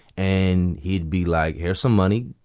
and he'd be like, here's some money.